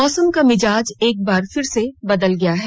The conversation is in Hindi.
मौसम का मिजाज एक बार फिर से बदल गया है